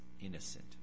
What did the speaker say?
innocent